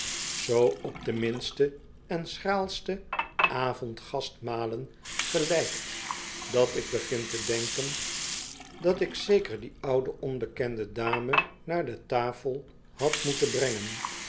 zoo op de minste en schraalste avond gast mal en gelijkt dat ik begin te denken dat ik zeker die oude onbekende dame naar tafel had moeten brengen